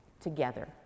together